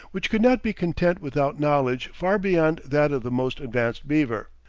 which could not be content without knowledge far beyond that of the most advanced beaver.